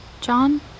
John